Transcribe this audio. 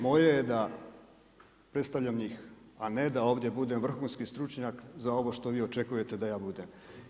Moje je da predstavljam njih, a ne da ovdje budem vrhunski stručnjak, za ovo što vi očekujete da ja budem.